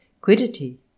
quiddity